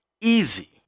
easy